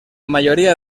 mayoría